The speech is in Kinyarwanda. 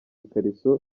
ikariso